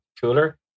cooler